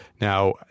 Now